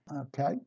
okay